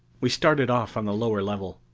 we started off on the lower level.